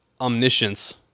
omniscience